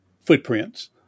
footprints